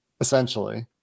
essentially